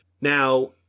Now